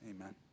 Amen